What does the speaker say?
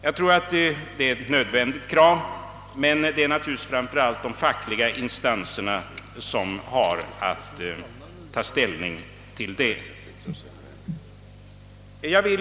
Jag tror att detta är nödvändigt, men det är naturligtvis framför allt de fackliga instanserna som skall ta ställning till krav som dessa.